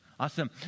Awesome